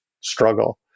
struggle